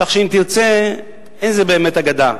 כך שאם תרצה, אין זו באמת אגדה.